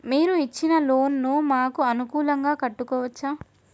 మీరు ఇచ్చిన లోన్ ను మాకు అనుకూలంగా కట్టుకోవచ్చా?